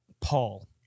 Paul